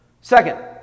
second